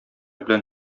белән